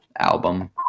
album